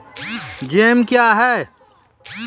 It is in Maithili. जैम क्या हैं?